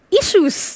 issues